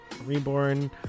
Reborn